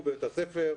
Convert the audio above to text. נדבקו בבית הספר.